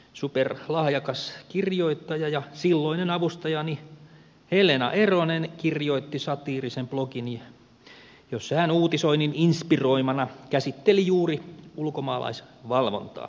superlahjakas kirjoittaja ja silloinen avustajani helena eronen kirjoitti satiirisen blogin jossa hän uutisoinnin inspiroimana käsitteli juuri ulkomaalaisvalvontaa